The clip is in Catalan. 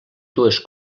dues